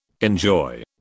Enjoy